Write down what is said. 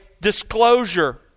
disclosure